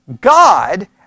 God